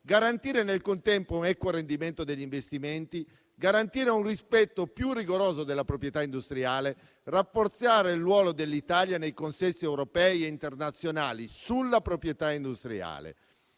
garantire nel contempo un equo rendimento degli investimenti; garantire un rispetto più rigoroso della proprietà industriale; rafforzare il ruolo dell'Italia nei consessi europei e internazionali sulla proprietà industriale.